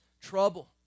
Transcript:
trouble